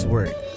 Word